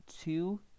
two